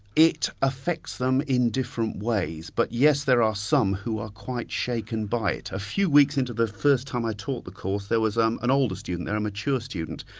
it affects them in different ways, but yes, there are some who are quite shaken by it. a few weeks into the first time i taught the course, there was um an older student there, a mature student,